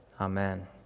Amen